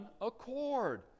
accord